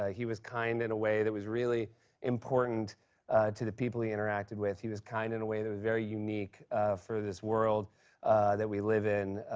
ah he was kind in a way that was really important to the people he interacted with. he was kind in a way that was very unique for this world that we live in,